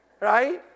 Right